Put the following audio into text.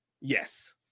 Yes